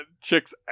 chick's